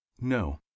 No